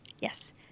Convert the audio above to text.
yes